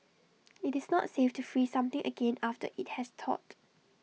IT is not safe to freeze something again after IT has thawed